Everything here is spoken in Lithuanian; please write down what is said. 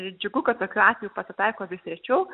džiugu kad tokių atvejų pasitaiko vis rečiau